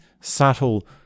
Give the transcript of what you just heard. subtle